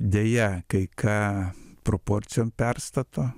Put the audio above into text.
deja kai ką proporcijom perstato